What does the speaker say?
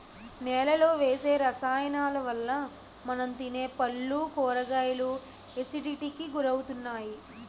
నేలలో వేసే రసాయనాలవల్ల మనం తినే పళ్ళు, కూరగాయలు ఎసిడిటీకి గురవుతున్నాయి